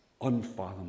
unfathomable